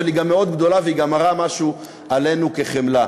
אבל היא גם מאוד גדולה והיא גם מראה משהו עלינו כחברה.